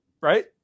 Right